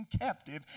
captive